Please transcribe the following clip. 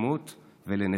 ליזמות ולנחישות.